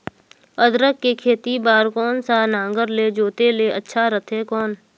अदरक के खेती बार कोन सा नागर ले जोते ले अच्छा रथे कौन?